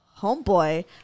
Homeboy